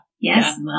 Yes